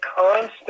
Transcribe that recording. constant